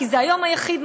כי זה היום היחיד.